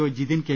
O Jithin K